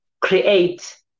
create